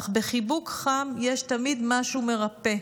אך בחיבוק חם יש תמיד משהו מרפא,